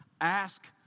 ask